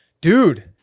Dude